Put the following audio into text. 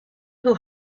who